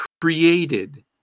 created